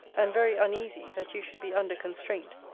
and very uneasy that you should be under constraint,